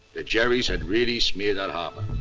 the jerries had really smeared that harbor.